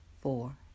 four